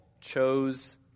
chose